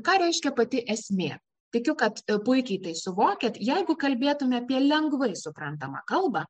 ką reiškia pati esmė tikiu kad puikiai tai suvokiat jeigu kalbėtumėme apie lengvai suprantamą kalbą